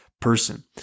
person